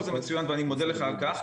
ואני מודה לך על כך,